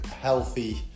healthy